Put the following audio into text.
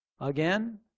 again